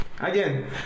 Again